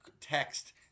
text